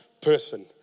person